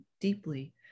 deeply